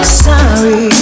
sorry